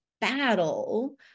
battle